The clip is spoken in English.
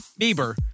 Bieber